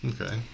okay